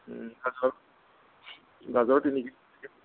গাজৰ গাজৰ তিনি কি